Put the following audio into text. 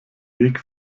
weg